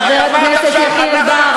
חבר הכנסת יחיאל בר,